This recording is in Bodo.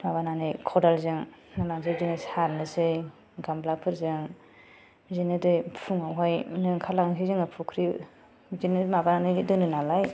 माबानानै खदालजों लानोसै बिदिनो सारनोसै गाम्लाफोरजों बिदिनो दे फुङावहायनो ओंखारलांसै जोङो फख्रि बिदिनो माबानानै दोनो नालाय